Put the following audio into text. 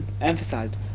emphasized